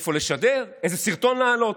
איפה לשדר, איזה סרטון להעלות,